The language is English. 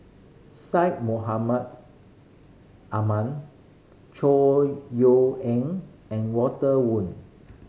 Syed Mohamed Ahmed Chor Yeok Eng and Walter Woon